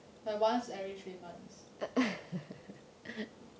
like once every three months